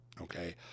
Okay